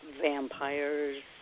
vampires